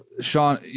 Sean